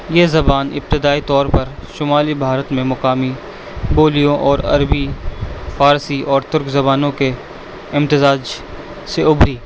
یہ زبان ابتدائی طور پر شمالی بھارت میں مقامی بولیوں اور عربی فارسی اور ترک زبانوں کے امتزاج سے ابھری